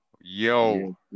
Yo